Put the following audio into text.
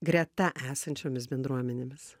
greta esančiomis bendruomenėmis